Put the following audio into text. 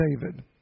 David